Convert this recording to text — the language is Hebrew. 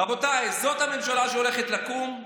רבותיי, זו הממשלה שהולכת לקום.